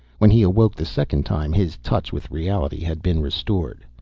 when he awoke the second time, his touch with reality had been restored.